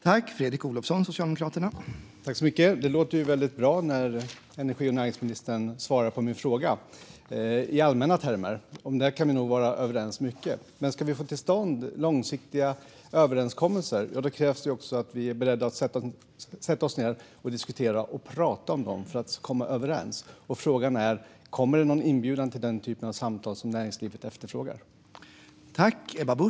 Herr talman! Det låter väldigt bra när energi och näringsministern svarar på min fråga i allmänna termer. Här kan vi nog vara överens om mycket. Men ska vi få till stånd långsiktiga överenskommelser krävs också att vi är beredda att sätta oss ned och diskutera och prata om dem för att komma överens. Frågan är: Kommer det någon inbjudan till denna typ av samtal, som näringslivet efterfrågar?